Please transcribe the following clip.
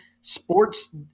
sports